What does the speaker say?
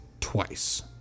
twice